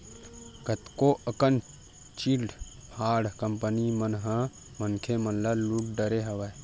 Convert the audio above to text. कतको अकन chit fund company मन ह मनखे मन ल लुट डरे हवय